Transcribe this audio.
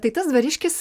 tai tas dvariškis